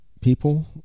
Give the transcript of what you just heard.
people